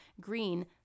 Green